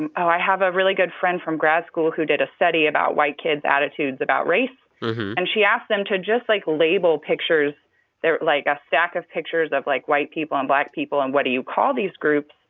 and i have a really good friend from grad school who did a study about white kids' attitudes about race and she asked them to just, like, label pictures like, a stack of pictures of, like, white people and black people and what do you call these groups?